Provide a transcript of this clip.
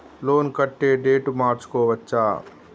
Loan కట్టే date మార్చుకోవచ్చా?